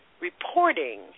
reporting